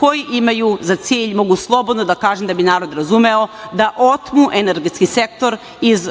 koji imaju za cilj, i mogu slobodno da kažem, da bi narod razumeo da otmu energetski sektor iz